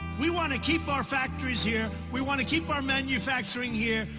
we want to keep our factories here, we want to keep our manufacturing here.